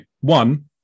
one